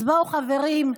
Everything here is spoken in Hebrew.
אז בואו, חברים,